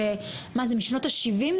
שמשנות השבעים,